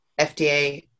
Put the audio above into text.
FDA